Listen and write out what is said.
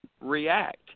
react